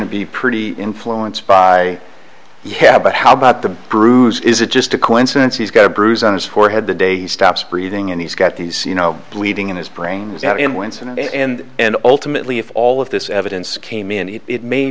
to be pretty influenced by yeah but how but the bruise is it just a coincidence he's got a bruise on his forehead the day he stops breathing and he's got these you know bleeding in his brain was having him once and and and ultimately if all of this evidence came in and it may